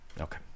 Okay